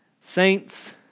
Saints